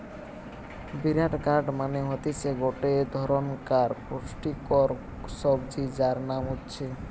bitter gourd মানে হতিছে গটে ধরণকার পুষ্টিকর সবজি যার নাম উচ্ছে